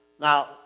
Now